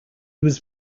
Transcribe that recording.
was